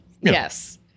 Yes